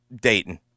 Dayton